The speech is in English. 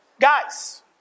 guys